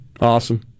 Awesome